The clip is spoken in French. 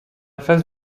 phase